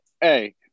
Hey